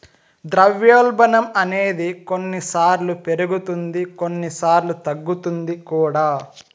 ద్రవ్యోల్బణం అనేది కొన్నిసార్లు పెరుగుతుంది కొన్నిసార్లు తగ్గుతుంది కూడా